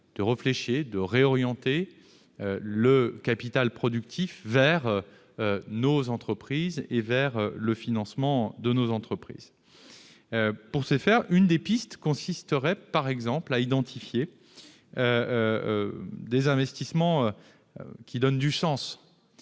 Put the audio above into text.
-de reflécher, de réorienter le capital productif vers nos entreprises et vers le financement de nos entreprises. Pour ce faire, l'une des pistes consiste à identifier des investissements qui donnent du sens,